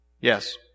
Yes